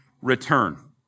return